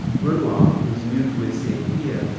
renoir, who's nude we're seeing here,